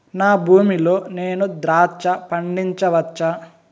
నా భూమి లో నేను ద్రాక్ష పండించవచ్చా?